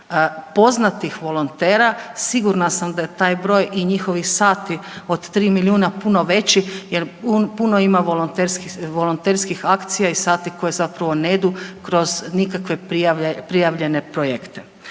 poznatih volontera. Siguran sam da je taj broj i njihovih sati od 3 milijuna puno veći jer puno volonterskih sati i akcija koji zapravo ne idu kroz nikakve prijavljene projekte.